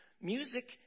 music